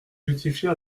justifier